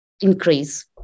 increase